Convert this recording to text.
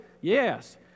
yes